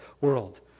world